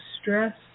stress